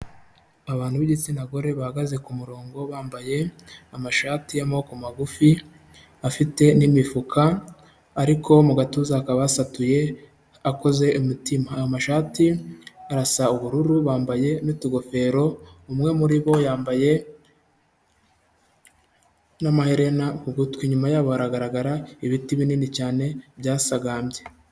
Abantu b'igitsina gore bahagaze ku murongo bambaye amashati y'amaboko magufi, afite n'imifuka ariko mu gatuza hakaba hasatuye akoze mu mutima. Aya mashati arasa ubururu, bambaye n'utugofero, umwe muri bo yambaye n'amaherena ku gutwi, inyuma yabo hagaragara ibiti binini cyane byasagambye.